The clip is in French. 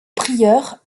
prieur